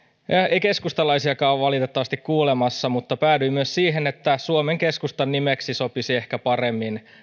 ei keskustalaisiakaan ole valitettavasti kuulemassa mutta päädyin myös siihen että suomen keskustan nimeksi sopisi ehkä paremmin